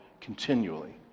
continually